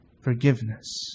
forgiveness